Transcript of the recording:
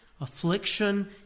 affliction